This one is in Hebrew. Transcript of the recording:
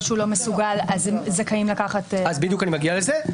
שהוא לא מסוגל הם זכאים לקחת --- אני בדיוק מגיע לזה.